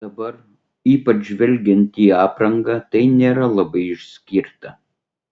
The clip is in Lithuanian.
dabar ypač žvelgiant į aprangą tai nėra labai išskirta